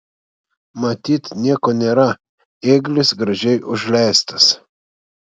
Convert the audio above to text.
matyt nieko nėra ėglis gražiai užleistas